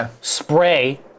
spray